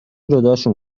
جداشون